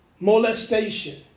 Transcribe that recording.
Molestation